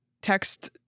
Text